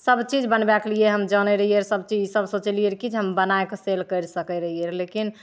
सबचीज बनबैके लिए हम जानै रहिए सबचीज ईसब सोचलिए रहै कि जे हम बनैके सेल करि सकै रहिए रहै लेकिन